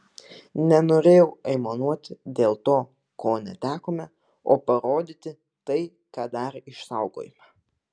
nenorėjau aimanuoti dėl to ko netekome o parodyti tai ką dar išsaugojome